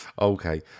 okay